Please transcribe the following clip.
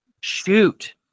Shoot